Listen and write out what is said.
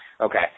Okay